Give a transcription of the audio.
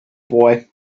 boy